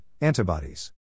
antibodies